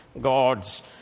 God's